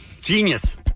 Genius